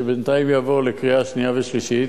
שבינתיים יעבור לקריאה שנייה ושלישית,